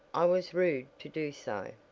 i was rude to do so.